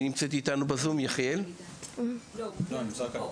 את יחיאל גרינבלום,